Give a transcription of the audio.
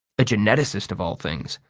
a geneticist, of all things.